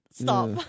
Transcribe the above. Stop